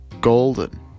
golden